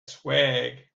swag